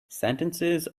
sentences